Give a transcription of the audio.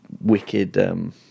wicked